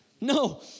No